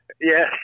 Yes